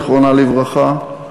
זיכרונה לברכה,